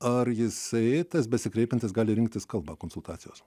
ar jisai tas besikreipiantis gali rinktis kalba konsultacijos